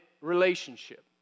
relationship